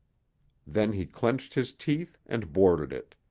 then he clenched his teeth and boarded it.